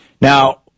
Now